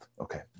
Okay